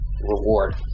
reward